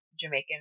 Jamaican